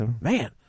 Man